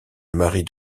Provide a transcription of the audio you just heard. marie